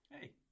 Hey